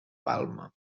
palma